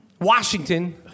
Washington